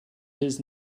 his